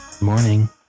morning